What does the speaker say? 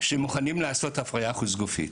שמוכנים לעשות הפריה חוץ גופית.